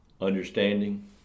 understanding